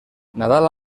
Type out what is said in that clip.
nadal